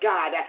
God